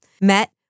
met